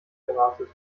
geratet